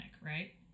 Right